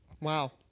Wow